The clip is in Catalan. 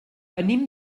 venim